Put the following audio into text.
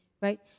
right